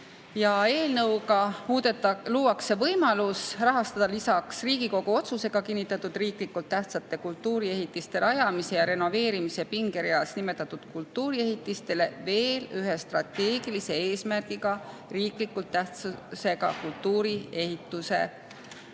Eelnõuga luuakse võimalus rahastada lisaks Riigikogu otsusega kinnitatud riiklikult tähtsate kultuuriehitiste rajamise ja renoveerimise pingereas nimetatud kultuuriehitistele veel ühe strateegilise eesmärgiga riikliku tähtsusega kultuuriehitise